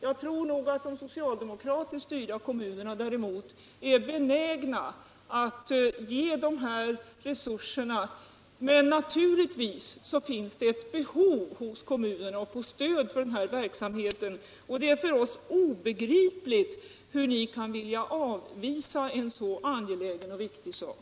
Jag tror nog att de socialdemokratiskt styrda kommunerna däremot är benägna att ge dessa resurser, men naturligtvis finns det redan behov hos kommunerna av att få stöd för denna verksamhet, och det är för oss obegripligt hur ni kan vilja avvisa en så angelägen och viktig sak.